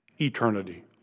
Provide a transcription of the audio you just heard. eternity